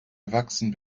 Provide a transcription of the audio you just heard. erwachsen